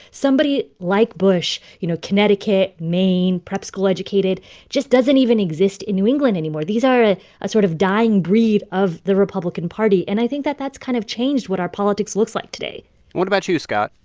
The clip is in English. somebody like bush you know, connecticut, maine, prep school-educated just doesn't even exist in new england anymore. these are a sort of dying breed of the republican party. and i think that that's kind of changed what our politics looks like today what about you, scott?